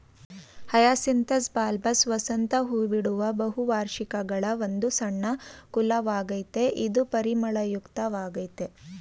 hyacinthus bulbous ವಸಂತ ಹೂಬಿಡುವ ಬಹುವಾರ್ಷಿಕಗಳ ಒಂದು ಸಣ್ಣ ಕುಲವಾಗಯ್ತೆ ಇದು ಪರಿಮಳಯುಕ್ತ ವಾಗಯ್ತೆ